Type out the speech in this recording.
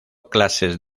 clases